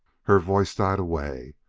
her voice died away,